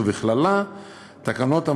ובכללה תקנות,